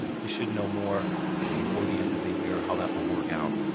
we should know more before the end of the year how that will work out.